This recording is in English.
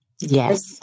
Yes